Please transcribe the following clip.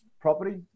property